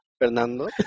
Fernando